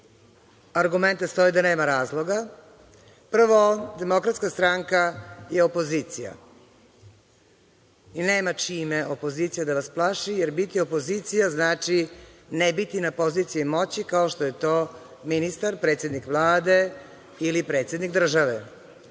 argumenta stoje da nema razloga. Prvo, DS je opozicija i nema čime opozicija da vas plaši, jer biti opozicija znači ne biti na poziciji moći, kao što je to ministar, predsednik Vlade ili predsednik države. Drugo,